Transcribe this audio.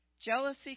Jealousy